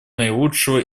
наилучшего